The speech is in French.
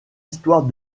histoire